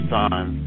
time